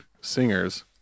singers